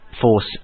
force